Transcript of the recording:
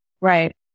Right